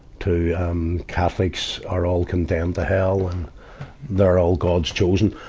to, um, catholics are all condemned to hell and they're all god's children.